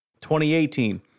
2018